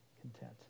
content